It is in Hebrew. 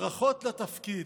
ברכות על התפקיד.